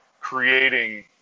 creating